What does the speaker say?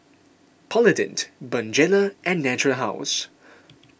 Polident Bonjela and Natura House